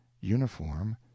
uniform